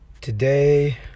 Today